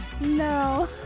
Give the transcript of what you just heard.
No